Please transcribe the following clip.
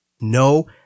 No